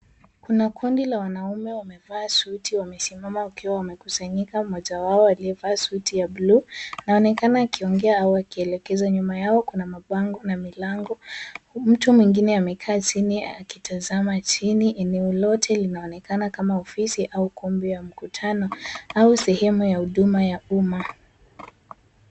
Kuna kundi la wanaume wamevaa suti wamesimama wakiwa wamekusanyika, mojawao aliyevaa suti ya buluu anaonekana akiongea hawa akielekeza. Nyuma yao kuna mabango na milango. Mtu mwingine amekaa chini akitazama chini. Eneo lote linaonekana kama ofisi au kumbe ya mkutano au sehemu ya huduma ya umma.